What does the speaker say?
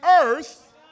earth